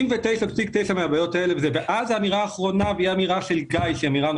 אמרו כמה דברים שהמצב לא